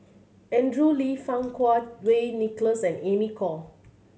Andrew Lee Fang Kuo Wei Nicholas and Amy Khor